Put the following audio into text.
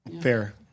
fair